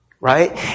right